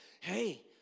hey